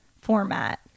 format